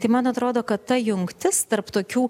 tai man atrodo kad ta jungtis tarp tokių